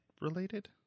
related